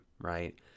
right